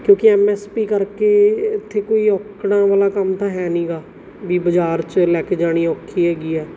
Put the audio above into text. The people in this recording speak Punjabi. ਕਿਉਂਕਿ ਐਮ ਐਸ ਪੀ ਕਰਕੇ ਇੱਥੇ ਕੋਈ ਔਕੜਾਂ ਵਾਲਾ ਕੰਮ ਤਾਂ ਹੈ ਨਹੀਂ ਗਾ ਵੀ ਬਾਜ਼ਾਰ 'ਚ ਲੈ ਕੇ ਜਾਣੀ ਔਖੀ ਹੈਗੀ ਆ